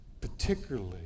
particularly